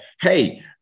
hey